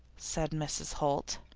said mrs. holt.